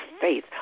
faith